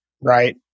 right